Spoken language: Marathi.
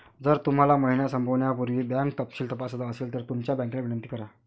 जर तुम्हाला महिना संपण्यापूर्वी बँक तपशील तपासायचा असेल तर तुमच्या बँकेला विनंती करा